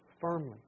firmly